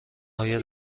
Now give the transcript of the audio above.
آیا